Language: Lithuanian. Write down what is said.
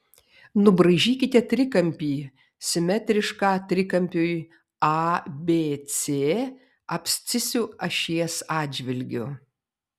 nubraižykite trikampį simetrišką trikampiui abc abscisių ašies atžvilgiu